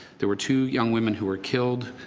there were two young women who were killed,